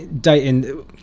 dating